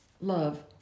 love